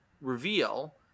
reveal